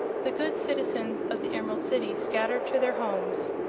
the good citizens of the emerald city scattered to their homes,